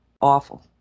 awful